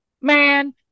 man